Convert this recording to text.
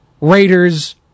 Raiders